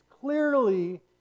clearly